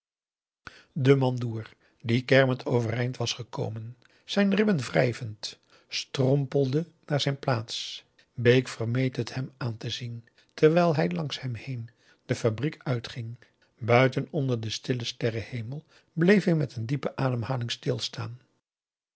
de mandoer die kermend overeind was gekomen zijn ribben wrijvend strompelde naar zijn plaats bake vermeed het hem aan te zien terwijl hij langs hem heen de fabriek uit ging buiten onder den stillen sterrehemel bleef hij met een diepe ademhaling stilstaan